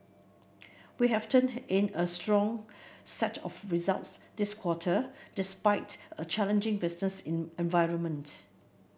we have turned in a strong set of results this quarter despite a challenging business environment